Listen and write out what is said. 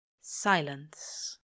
Silence